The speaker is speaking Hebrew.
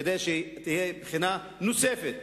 כדי שתהיה בחינה נוספת.